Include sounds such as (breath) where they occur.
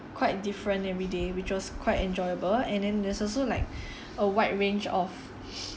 quite different every day we just quite enjoyable and then there's also like (breath) a wide range of (noise)